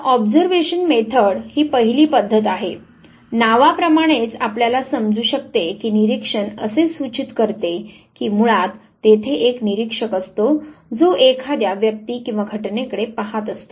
तर observation method ही पहिली पद्धत आहे नावा प्रमाणेच आपल्याला समजू शकते की निरीक्षण असे सूचित करते की मुळात तेथे एक निरीक्षक असतो जो एखाद्या व्यक्ति किंवा घटनेकडे पहात असतो